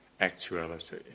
actuality